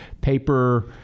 paper